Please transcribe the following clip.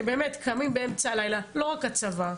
שבאמת קמים באמצע הלילה, לא רק הצבא.